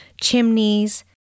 chimneys